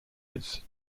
its